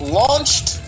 launched